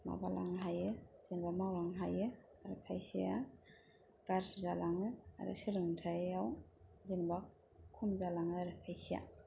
माबालांनो हायो जेनेबा मावलांनो हायो आरो खायसेया गाज्रि जालाङो आरो सोलोंथायाव जेनेबा खम जालाङो आरो खायसेया